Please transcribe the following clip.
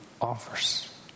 offers